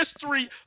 history